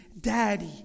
Daddy